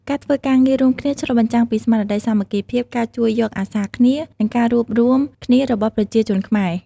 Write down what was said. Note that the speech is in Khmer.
ការធ្វើការងាររួមគ្នាឆ្លុះបញ្ចាំងពីស្មារតីសាមគ្គីភាព ការជួយយកអាសាគ្នា និងការរួបរួមគ្នារបស់ប្រជាជនខ្មែរ។